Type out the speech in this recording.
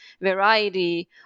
variety